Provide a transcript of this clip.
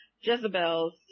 Jezebels